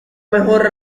mejor